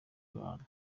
abantu